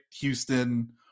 Houston